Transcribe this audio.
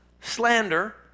slander